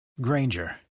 Granger